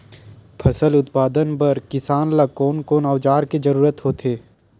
फसल उत्पादन बर किसान ला कोन कोन औजार के जरूरत होथे?